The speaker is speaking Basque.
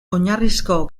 oinarrizko